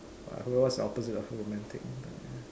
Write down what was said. I don't know what's the opposite of romantic but ya